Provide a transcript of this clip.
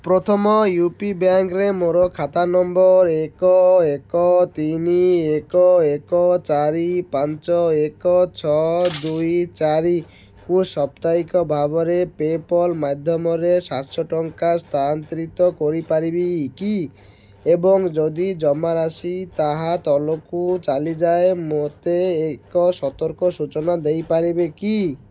ପ୍ରଥମ U P bank ରେ ମୋର ଖାତା ନମ୍ବର୍ ଏକ ଏକ ତିନି ଏକ ଏକ ଚାରି ପାଞ୍ଚ ଏକ ଛଅ ଦୁଇ ଚାରି କୁ ସପ୍ତାହିକ ଭାବରେ ପେପଲ୍ ମାଧ୍ୟମରେ ସାତଶ ଟଙ୍କା ସ୍ଥାନାନ୍ତରିତ କରିପାରିବ କି ଏବଂ ଯଦି ଜମାରାଶି ତାହା ତଲକୁ ଚାଲିଯାଏ ମୋତେ ଏକ ସତର୍କ ସୂଚନା ଦେଇପାରିବେ କି